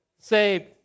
Say